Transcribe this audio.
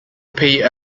pay